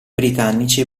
britannici